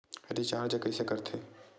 Recharge कइसे कर थे?